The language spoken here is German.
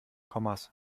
kommas